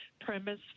premise